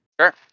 Sure